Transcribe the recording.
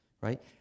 right